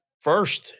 first